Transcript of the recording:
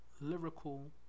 lyrical